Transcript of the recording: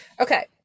Okay